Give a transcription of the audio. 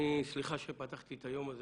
סליחה שפתחתי את היום הזה